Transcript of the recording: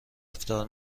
افطار